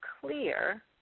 clear